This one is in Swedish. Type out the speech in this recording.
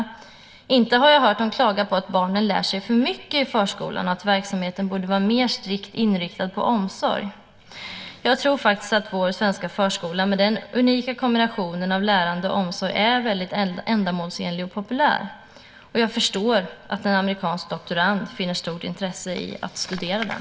Inte heller har jag hört någon klaga på att barnen lär sig för mycket i förskolan och att verksamheten borde vara striktare inriktad på omsorg. Jag tror faktiskt att vår svenska förskola med dess unika kombination av lärande och omsorg är väldigt ändamålsenlig och populär, och jag förstår att en amerikansk doktorand finner stort intresse av att studera den.